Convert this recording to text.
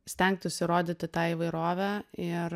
stengtųsi rodyti tą įvairovę ir